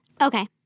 Okay